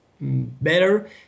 better